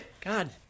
God